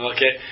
Okay